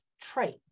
trait